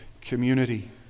community